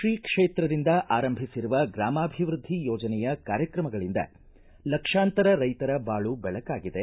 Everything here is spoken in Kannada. ಶ್ರೀ ಕ್ಷೇತ್ರದಿಂದ ಆರಂಭಿಸಿರುವ ಗ್ರಾಮಾಭಿವೃದ್ಧಿ ಯೋಜನೆಯ ಕಾರ್ಯಕ್ರಮಗಳಿಂದ ಲಕ್ಷಾಂತರ ರೈತರ ಬಾಳು ಬೆಳಕಾಗಿದೆ